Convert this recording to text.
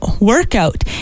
Workout